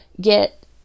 get